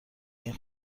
این